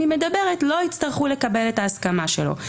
היא מדברת לא יצטרכו לקבל את ההסכמה שלו.